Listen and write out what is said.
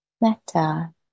metta